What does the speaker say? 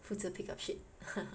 负责 pick up shit